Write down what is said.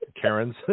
Karens